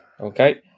Okay